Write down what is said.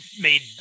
made